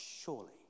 surely